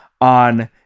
on